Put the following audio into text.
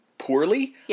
poorly